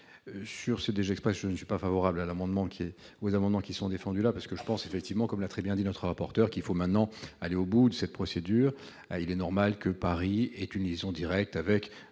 sur ce de Gex pas, je ne suis pas favorable à l'amendement qui vous avons qui sont défendues là parce que je pense, effectivement comme l'a très bien dit notre rapporteur, qu'il faut maintenant aller au bout de cette procédure, il est normal que Paris et Tunis directe avec